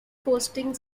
postings